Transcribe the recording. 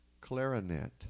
clarinet